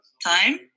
time